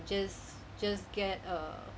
just just get err